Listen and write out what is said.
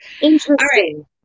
Interesting